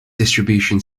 distribution